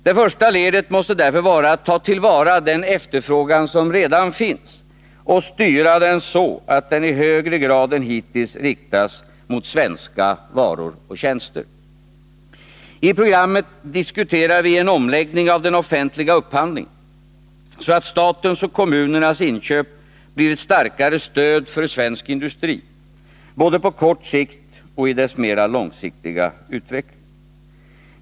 Det första ledet måste därför vara att ta till vara den efterfrågan som redan finns och styra den så, att den i högre grad än hittills riktas mot svenska varor och tjänster. I programmet diskuterar vi en omläggning av den offentliga upphandlingen, så att statens och kommunernas inköp blir ett starkare stöd för svensk industri, både på kort sikt och i dess mera långsiktiga utveckling.